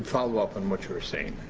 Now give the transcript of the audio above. follow up on what you were saying.